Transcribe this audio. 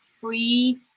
free